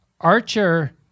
Archer